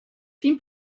fin